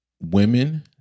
women